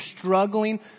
struggling